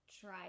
try